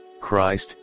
Christ